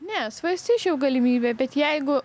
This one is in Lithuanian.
ne svarstyčiau galimybę bet jeigu